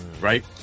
right